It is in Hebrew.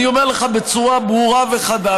אני אומר לך בצורה ברורה וחדה,